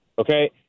Okay